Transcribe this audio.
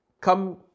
come